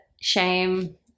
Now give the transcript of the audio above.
shame